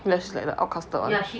less like the outcasted one